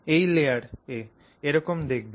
এই লেয়ারে এরকম দেখবে